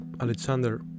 Alexander